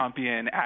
Trumpian